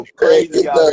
crazy